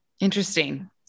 Interesting